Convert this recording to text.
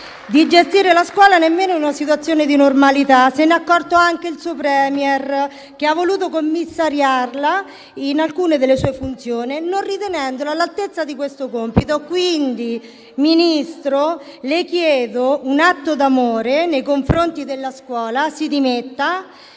di gestire la scuola nemmeno in una situazione di normalità. Se n'è accorto anche il suo *Premier*, che ha voluto commissariarla in alcune delle sue funzioni non ritenendola all'altezza di tale compito. Ministro, le chiedo, quindi, un atto d'amore nei confronti della scuola: si dimetta